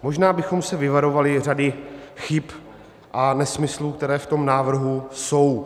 Možná bychom se vyvarovali řady chyb a nesmyslů, které v tom návrhu jsou.